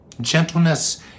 Gentleness